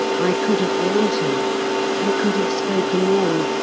i could have warned him i could have spoken then.